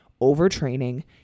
over-training